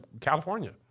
California